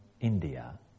India